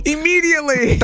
Immediately